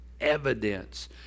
evidence